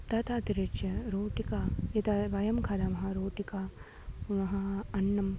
तदातिरिच्य रोटिका यदा वयं खादामः रोटिका पुनः अन्नं